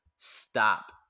stop